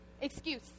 excuse